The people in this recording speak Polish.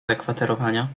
zakwaterowania